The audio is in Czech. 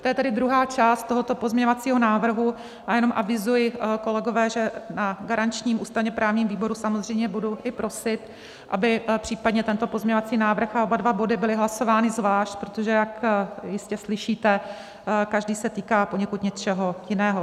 To je tedy druhá část tohoto pozměňovacího návrhu a já jenom avizuji, kolegové, že na garančním ústavněprávním výboru samozřejmě budu i prosit, aby případně tento pozměňovací návrh a oba dva body byly hlasovány zvlášť, protože jak jistě slyšíte, každý se týká poněkud něčeho jiného.